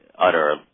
utter